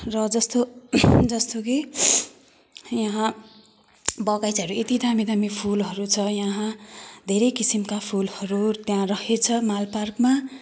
र जस्तो जस्तो कि यहाँ बगैँचाहरू यति दामी दामी फुलहरू छ यहाँ धेरै किसिमका फुलहरू त्यहाँ रहेछ माल पार्कमा